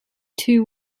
two